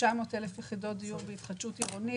לכ-900,000 יחידות דיור בהתחדשות עירונית.